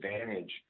advantage